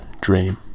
dream